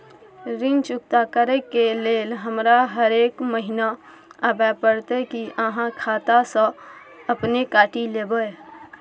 ऋण चुकता करै के लेल हमरा हरेक महीने आबै परतै कि आहाँ खाता स अपने काटि लेबै?